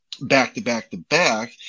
back-to-back-to-back